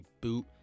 boot